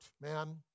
man